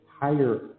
higher